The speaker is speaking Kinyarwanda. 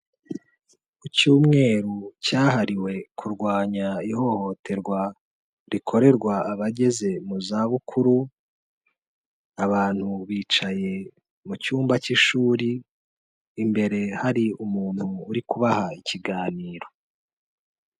Ku cyumweru cyahariwe kurwanya ihohoterwa rikorerwa abageze mu zabukuru, abantu bicaye mu cyumba cy'ishuri, imbere hari umuntu uri kubaha ikiganiro.